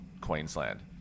queensland